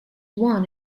won